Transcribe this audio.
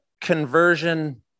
conversion